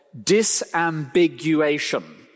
disambiguation